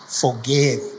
forgive